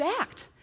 act